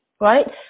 right